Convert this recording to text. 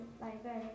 library